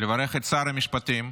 לברך את שר המשפטים.